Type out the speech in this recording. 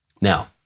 Now